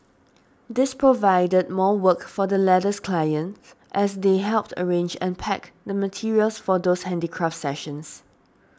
this provided more work for the latter's clients as they helped arrange and pack the materials for those handicraft sessions